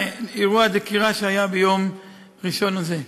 אירוע הדקירה שהיה ביום ראשון הזה.